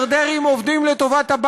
ונעמוד על שלנו כחברי כנסת,